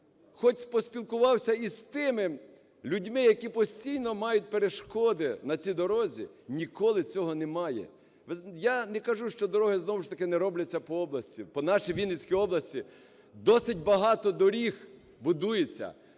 хоч поспілкувався із тими людьми, які постійно мають перешкоди на цій дорозі, ніколи цього немає. Я не кажу, що дороги знову ж таки не робляться по області, по нашій Вінницькій області, досить багато доріг будується,